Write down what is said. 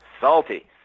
Salty